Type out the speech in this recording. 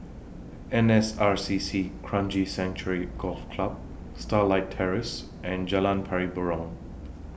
N S R C C Kranji Sanctuary Golf Club Starlight Terrace and Jalan Pari Burong